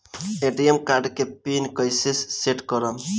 ATM card के PIN कैसे set करम?